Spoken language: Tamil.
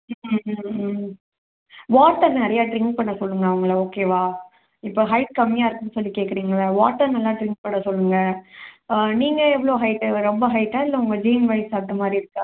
ம் ம் ம் ம் வாட்டர் நிறையா ட்ரிங்க் பண்ண சொல்லுங்க அவங்கள ஓகேவா இப்போ ஹைட் கம்மியாக இருக்குன்னு சொல்லி கேட்கறீங்கள்ல வாட்டர் நல்லா ட்ரிங்க் பண்ண சொல்லுங்க நீங்கள் எவ்வளோ ஹைட்டு வ ரொம்ப ஹைட்டா இல்லை உங்கள் ஜீன்வைஸ் அந்த மாதிரி இருக்கா